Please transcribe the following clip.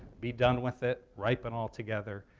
be done with it, ripen all together,